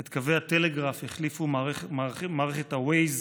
את קווי הטלגרף החליפו מערכת ה-Waze,